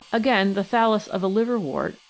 again, the thallus of a liverwort,